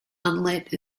unlit